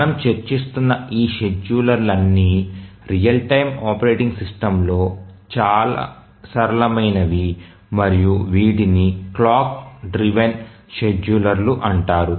మనము చర్చిస్తున్న ఈ షెడ్యూలర్లన్నీ రియల్ టైమ్ ఆపరేటింగ్ సిస్టమ్స్ లో సరళమైనవి మరియు వీటిని క్లాక్ డ్రివెన్ షెడ్యూలర్లు అంటారు